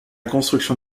construction